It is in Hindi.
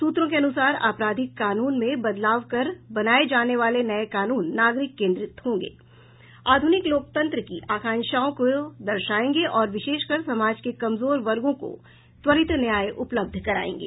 सूत्रों के अनुसार आपराधिक कानून में बदलाव कर बनाये जाने वाले नये कानून नागरिक केन्द्रित होंगे आधुनिक लोकतंत्र की आंकक्षाओं को दर्शाएंगे और विशेषकर समाज के कमजोर वर्गों को त्वरित न्याय उपलब्ध करायेंगे